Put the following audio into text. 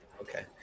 Okay